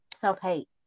self-hate